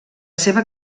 seva